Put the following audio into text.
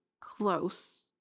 close